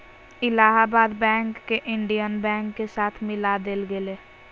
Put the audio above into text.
Allahabad bank के Indian bank के साथ मिला देल गेले